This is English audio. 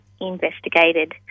investigated